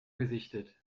gesichtet